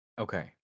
Okay